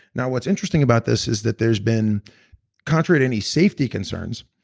now what's interesting about this is that there's been contrary to any safety concerns.